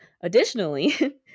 Additionally